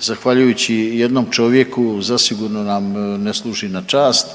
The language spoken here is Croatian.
zahvaljujući jednom čovjeku zasigurno nam ne služi na čast.